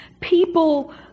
people